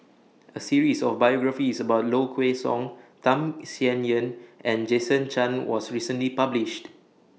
A series of biographies about Low Kway Song Tham Sien Yen and Jason Chan was recently published